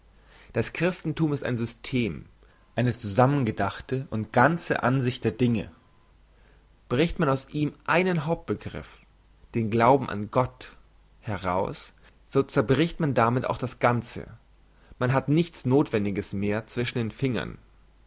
das christenthum ist ein system eine zusammengedachte und ganze ansicht der dinge bricht man aus ihm einen hauptbegriff den glauben an gott heraus so zerbricht man damit auch das ganze man hat nichts nothwendiges mehr zwischen den fingern